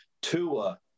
Tua